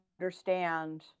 understand